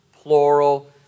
plural